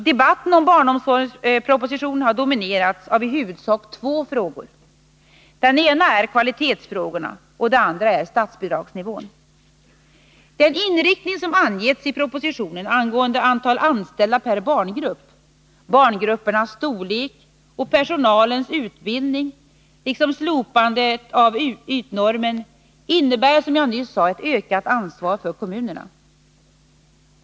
Debatten om barnomsorgspropositionen har dominerats av i huvudsak två frågor. Den ena är kvalitetsfrågan, och den andra är frågan om statsbidragsnivån. Den inriktning som angetts i propositionen angående antal anställda per barngrupp, barngruppernas storlek och personalens utbildning liksom slopandet av ytnormen innebär som jag nyss sade ett ökat ansvar för kommunerna.